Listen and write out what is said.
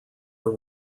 are